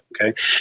Okay